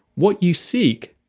what you seek